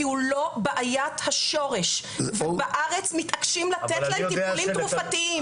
כי הוא לא בעיית השורש ובארץ מתעקשים לתת להם טיפולים תרופתיים.